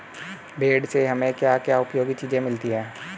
भेड़ से हमें क्या क्या उपयोगी चीजें मिलती हैं?